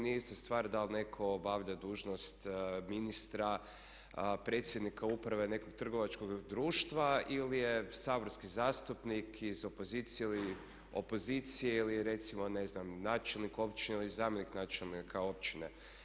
Nije ista stvar da li netko obavlja dužnost ministra, predsjednika uprave nekog trgovačkog društva ili je saborski zastupnik iz opozicije ili opozicije ili recimo ne znam načelnik općine ili zamjenik načelnika općine.